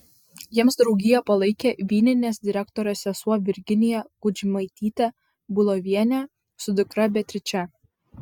jiems draugiją palaikė vyninės direktorės sesuo virginija kudžmaitytė bulovienė su dukra beatriče